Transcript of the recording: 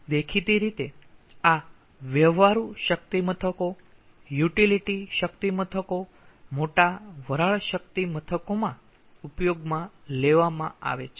દેખીતી રીતે આ વ્યવહારુ શક્તિ મથકો યુટિલિટી શક્તિ મથકો મોટા વરાળ શક્તિ મથકોમાં ઉપયોગમાં લેવામાં આવે છે